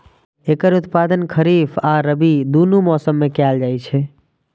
एकर उत्पादन खरीफ आ रबी, दुनू मौसम मे कैल जाइ छै